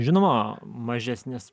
žinoma mažesnis